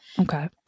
Okay